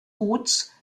guts